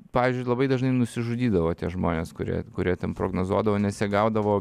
pavyzdžiui labai dažnai nusižudydavo tie žmonės kurie kurie ten prognozuodavo nes jie gaudavo